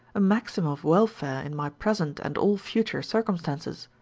a maximum of welfare in my present and all future circumstances.